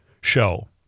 show